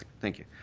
thank you.